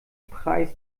preis